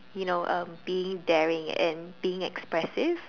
you know um being daring and being expressive